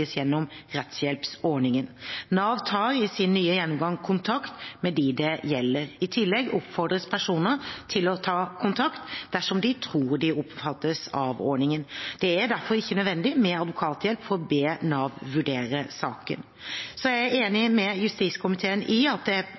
gjennom rettshjelpsordningen. Nav tar i sin nye gjennomgang kontakt med dem det gjelder. I tillegg oppfordres personer til å ta kontakt dersom de tror de omfattes av ordningen. Det er derfor ikke nødvendig med advokathjelp for å be Nav vurdere saken. Jeg er enig med justiskomiteen i at det